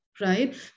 right